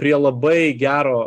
prie labai gero